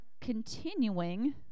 continuing